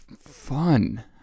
fun